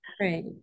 right